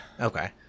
Okay